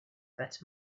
that